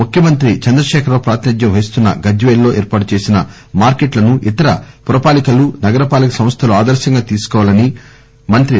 ముఖ్యమంత్రి చంద్రకేఖర రావు ప్రాతినిధ్యం వహిస్తున్న గజ్వేల్లో ఏర్పాటు చేసిన మార్కెట్లను ఇతర పురపాలికలు నగరపాలక సంస్థలు ఆదర్శంగా తీసుకోవాలని మంత్రి కే